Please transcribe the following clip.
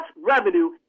revenue